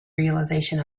realization